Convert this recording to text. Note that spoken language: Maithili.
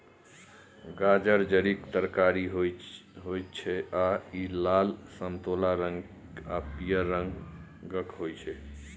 गाजर जड़िक तरकारी होइ छै आ इ लाल, समतोला रंग आ पीयर रंगक होइ छै